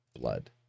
blood